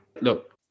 Look